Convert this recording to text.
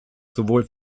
sowohl